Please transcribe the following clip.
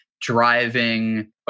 driving